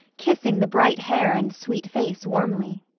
kissing the bright hair and sweet face warmly.